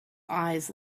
eyes